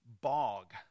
bog